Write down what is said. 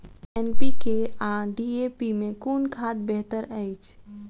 NPK आ DAP मे कुन खाद बेहतर अछि?